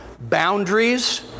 Boundaries